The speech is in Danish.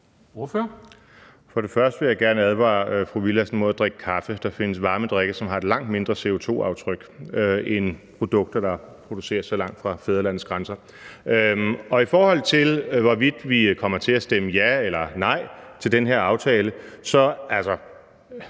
For det første vil jeg gerne advare fru Mai Villadsen mod at drikke kaffe. Der findes varme drikke, der har et langt mindre CO₂-aftryk end produkter, der produceres så langt fra fædrelandets grænser. I forhold til hvorvidt vi kommer til at stemme ja eller nej til den her aftale, må